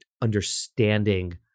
understanding